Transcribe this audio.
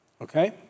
Okay